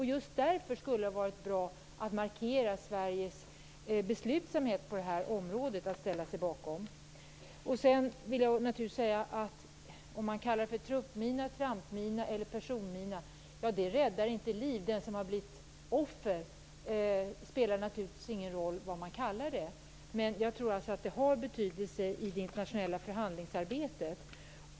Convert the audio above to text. Just därför skulle det ha varit bra att markera Sveriges beslutsamhet att ställa sig bakom ett förbud på detta område. Att man kallar det för truppmina, trampmina eller personmina räddar inte liv. För den som har blivit offer spelar det naturligtvis ingen roll vad man kallar det. Men jag tror att det har betydelse i det internationella förhandlingsarbetet.